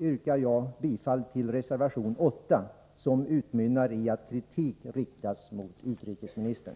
yrkar jag bifall till reservation 8, som utmynnar i att kritik riktas mot utrikesministern.